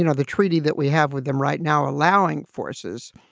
you know the treaty that we have with them right now, allowing forces.